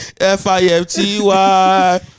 F-I-F-T-Y